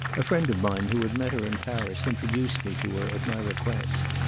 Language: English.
a friend of mine who had met her in paris introduced me to her at my request.